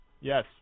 Yes